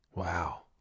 Wow